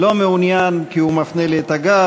לא מעוניין, כי הוא מפנה לי את הגב.